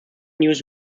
news